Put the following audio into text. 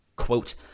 Quote